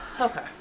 Okay